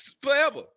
forever